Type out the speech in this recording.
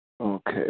Okay